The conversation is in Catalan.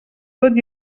tot